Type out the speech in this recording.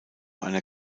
einer